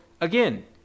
again